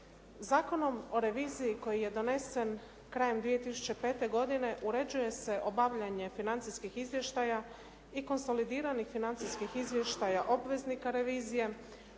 Zakonom o reviziji koji je donesen krajem 2005. godine uređuje se obavljanje financijskih izvještaja i konsolidiranih financijskih izvještaja obveznika revizije,